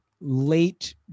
late